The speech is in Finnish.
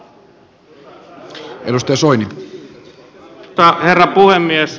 arvoisa herra puhemies